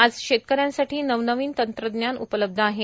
आज शेतकऱ्यांसाठी नवनवीन तंत्रज्ञान उपलबध्द आहे